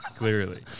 Clearly